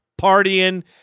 partying